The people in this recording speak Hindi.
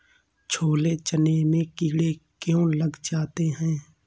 छोले चने में कीड़े क्यो लग जाते हैं?